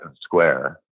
square